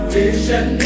vision